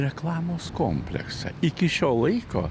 reklamos kompleksą iki šio laiko